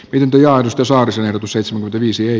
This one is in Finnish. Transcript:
opintojaan osaamiseen seitsemän viisi ei